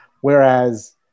Whereas